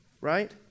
Right